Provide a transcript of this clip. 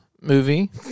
movie